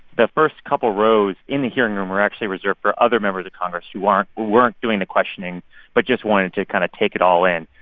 the first couple rows in the hearing room were actually reserved for other members of congress who aren't weren't doing the questioning but just wanted to kind of take it all in.